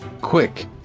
Quick